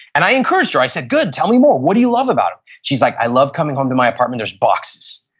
and i encouraged her. i said, good, tell me more. what do you love about them? she's like, i love coming home to my apartment there's boxes.